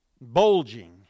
bulging